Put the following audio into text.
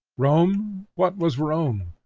rome what was rome?